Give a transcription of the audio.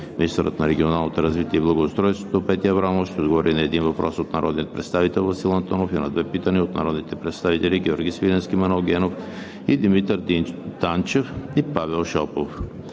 Министърът на регионалното развитие и благоустройството Петя Аврамова ще отговори на 1 въпрос от народния представител Васил Антонов и на 2 питания от народните представители Георги Свиленски, Манол Генов и Димитър Данчев; и Павел Шопов.